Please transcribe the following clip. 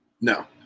No